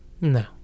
no